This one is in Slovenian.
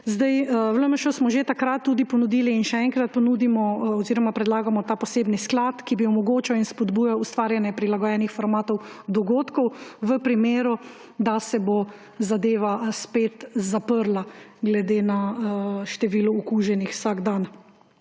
V LMŠ smo že takrat tudi ponudili in še enkrat ponudimo oziroma predlagamo posebni sklad, ki bi omogočal in spodbujal ustvarjanje prilagojenih formatov dogodkov, v primeru, da se bo zadeva spet zaprla glede na število okuženih vsak dan.